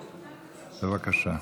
בבקשה.